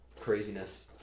craziness